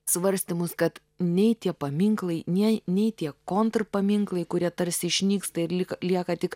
svarstymus kad nei tie paminklai nei nei tie kontūrpaminklai kurie tarsi išnyksta ir lyg lieka tik